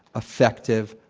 effective,